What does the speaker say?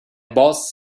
boss